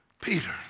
Peter